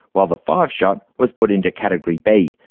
while the five shot was put into category b,